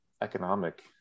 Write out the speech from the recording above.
economic